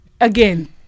again